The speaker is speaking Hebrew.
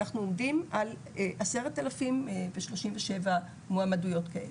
אנחנו עומדים על 10,037 מועמדויות כאלה.